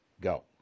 Go